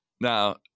Now